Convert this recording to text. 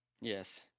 Yes